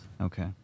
Okay